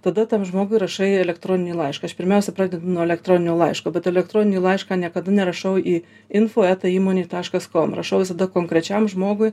tada tam žmogui rašai elektroninį laišką aš pirmiausia pradedu nuo elektroninio laiško bet elektroninį laišką niekada nerašau į info eta įmonė taškas kom rašau visada konkrečiam žmogui